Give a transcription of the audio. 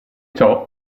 ciò